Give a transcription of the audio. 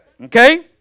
Okay